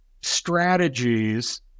strategies